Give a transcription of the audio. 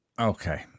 Okay